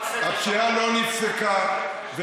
הפשיעה לא נפסקה.